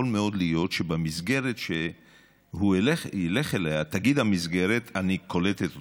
יכול מאוד להיות שבמסגרת שהוא ילך אליה תגיד המסגרת: אני קולטת אותו,